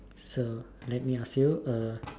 so let me ask you uh